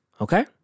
Okay